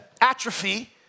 atrophy